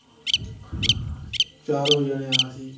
चारो जनें असी